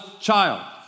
child